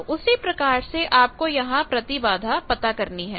तो उसी प्रकार से आपको यहां प्रतिबाधा पता करनी है